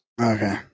Okay